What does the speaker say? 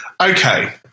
Okay